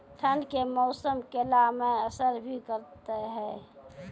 ठंड के मौसम केला मैं असर भी करते हैं?